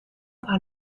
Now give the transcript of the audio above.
par